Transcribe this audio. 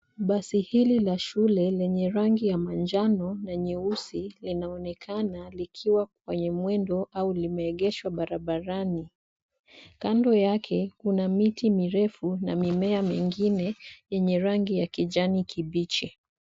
Basi hili la shule lenye rangi ya manjano na nyeusi, linaonekana likiwa kwenye mwendo au limeegeshwa barabarani. Kando yake kuna miti mirefu na mimea mingine yenye rangi ya kijani kibichi.